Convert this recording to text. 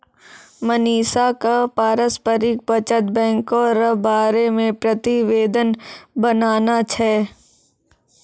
मनीषा क पारस्परिक बचत बैंको र बारे मे प्रतिवेदन बनाना छै